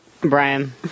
Brian